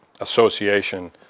association